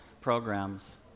Programs